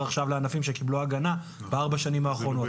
עכשיו לענפים שקיבלו הגנה ב-4 השנים האחרונות.